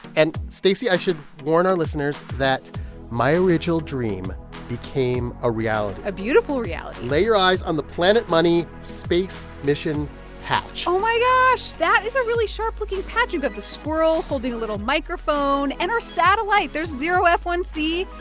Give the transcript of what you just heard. and, stacey, i should warn our listeners that my original dream became a reality a beautiful reality lay your eyes on the planet money space mission patch oh, my gosh. that is a really sharp-looking looking patch. you've got the squirrel holding a little microphone and our satellite. there's zero f one c.